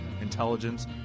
intelligence